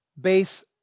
base